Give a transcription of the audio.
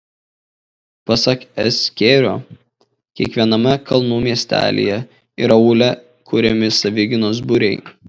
pasak s kėrio kiekviename kalnų miestelyje ir aūle kuriami savigynos būriai